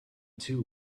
too